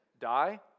die